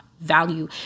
value